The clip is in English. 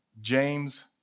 James